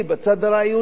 בצד הערכי,